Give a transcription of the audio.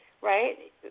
right